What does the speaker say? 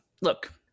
look